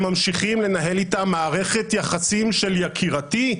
ממשיכים לנהל אתה מערכת יחסים של "יקירתי",